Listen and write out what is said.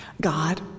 God